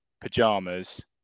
pajamas